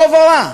טוב או רע,